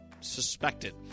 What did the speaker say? suspected